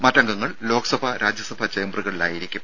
മറ്റംഗങ്ങൾ Lok Sabha Rajya Sabha ചേമ്പറുകളിലായിരിക്കും